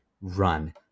run